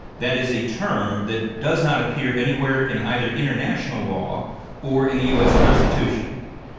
that is a term that does not appear anywhere in either international law or in the u. s. constitution.